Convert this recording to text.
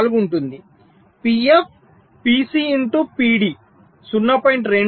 4 ఉంటుంది PF PC into PD 0